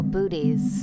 Booties